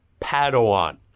Padawan